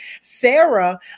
Sarah